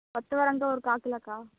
கொத்தவரங்காய் ஒரு கால் கிலோக்கா